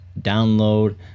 download